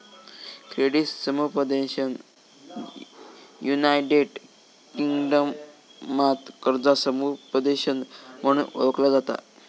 credit समुपदेशन United किंगडमात कर्जा समुपदेशन म्हणून ओळखला जाता